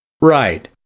Right